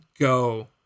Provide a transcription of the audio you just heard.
go